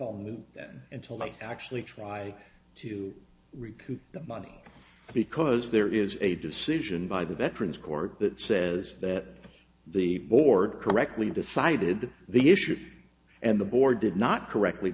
then until they actually try to recoup the money because there is a decision by the veterans cork that says that the board correctly decided that the issue and the board did not correctly